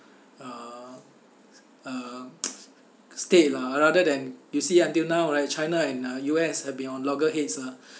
uh uh state lah rather than you see until now right china and uh U_S are beyond loggerheads ah